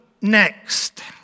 next